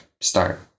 start